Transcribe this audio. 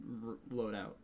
loadout